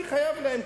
אני חייב להם,